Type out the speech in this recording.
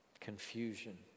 confusion